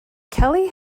kelly